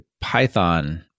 Python